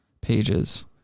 pages